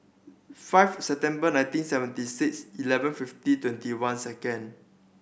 five September nineteen seventy six eleven fifty twenty one second